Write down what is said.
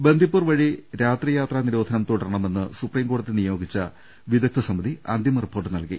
ബന്ദിപ്പൂർ വഴി രാത്രിയാത്രാ നിരോധനം തുടരണമെന്ന് സുപ്രീംകോടതി നിയോഗിച്ച വിദഗ്ദ്ധ സമിതി അന്തിമ റിപ്പോർട്ട് നൽകി